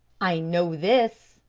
i know this,